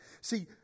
See